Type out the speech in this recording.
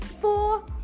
four